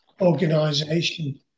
organization